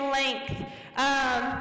length